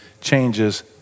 Changes